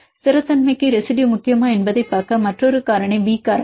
ஸ்திரத்தன்மைக்கு ரெசிடுயு முக்கியமா என்பதைப் பார்க்க மற்றொரு காரணி பி காரணி